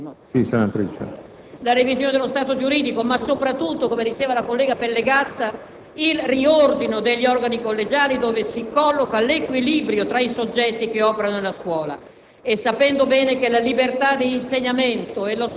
alla revisione dello stato giuridico e, soprattutto, come evidenziato dalla collega Pellegatta, al riordino degli organi collegiali dove si colloca l'equilibrio tra i soggetti operanti nella scuola.